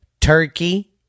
Turkey